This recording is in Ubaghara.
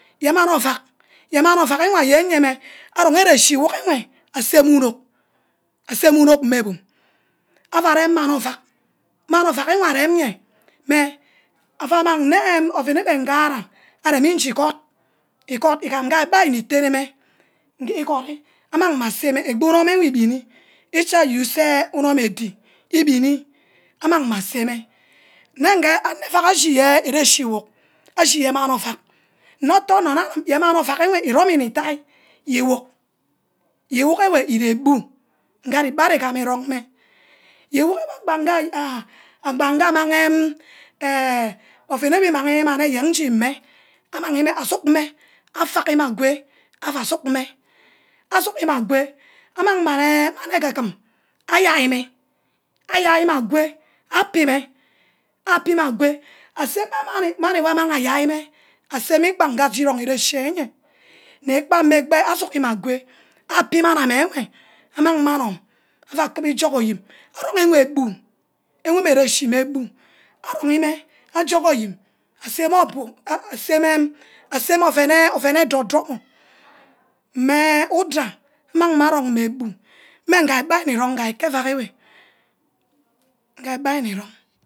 Yemani ouack, mani ouack wor aye meh arong ere-chi ewe aseme unok, aseme unok mme bum. aua rem mani ouack, mani ouack nwe arem iyai meh aua nne gear ngahara, areme nji igod, igod igam nga bah ari nitne meh igeae igori amang meh asemeh ebu inum ebini ichi ause eh unorm edi ebini amang meh asemeh, nnege ane uck echi yeah ere-chi igwuck ashige mani ouack nne utono nne anim geh mani ouack wey iromineh idai iwuck, ye iwuk ewe ire bu nge ari beh igama erong meh, ayi work wor gbange ah abage amange eh ouen eyeah imang mani eyen ngu ime amang meh asuk meh, auagi meh agwe aua asuk meh, agwe amang eh mani ege-gim, ayai meh ayai meh agwe api meh, apimeh agwe aseh gba mani, mani wor amang ayai meh aseme igbaha aje irong ere-chi enyeah ne-kpa meh asug meh agwe api mani ameh enwe amang meh anum aua kubo ijug oyim, anong meh gbu, arong meh, ajug oyim aseme obu, aseme aseme ouen eh, ouen eh edu-dum, mmeh udai amang meh arong meh bu, meh ngec ari ni rong ke eauk ewe meh nge ari ni rong.